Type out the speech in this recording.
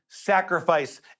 sacrifice